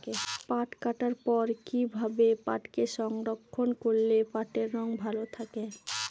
পাট কাটার পর কি ভাবে পাটকে সংরক্ষন করলে পাটের রং ভালো থাকে?